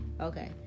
Okay